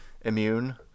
immune